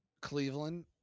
Cleveland